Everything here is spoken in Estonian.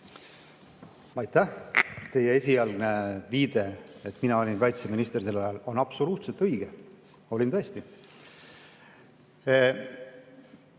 Aitäh! Teie esialgne viide, et mina olin kaitseminister sel ajal, on absoluutselt õige. Olin tõesti.